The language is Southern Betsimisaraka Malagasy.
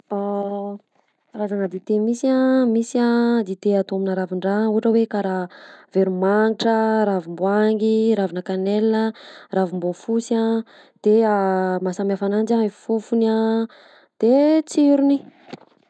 Karazagna dite misy a: misy a dite atao aminà ravin-draha ohatra hoe karaha veromagnitra, ravim-boangy, ravinà kanelina, ravim-boafosy a; de mahasamy hafa ananjy a fofony a de tsirony.